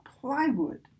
plywood